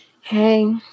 hey